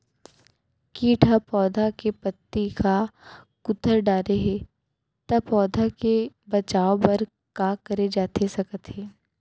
किट ह पौधा के पत्ती का कुतर डाले हे ता पौधा के बचाओ बर का करे जाथे सकत हे?